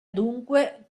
dunque